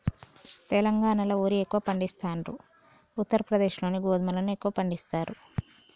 తెలంగాణాల వరి ఎక్కువ పండిస్తాండ్రు, ఉత్తర ప్రదేశ్ లో గోధుమలను ఎక్కువ పండిస్తారు